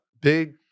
big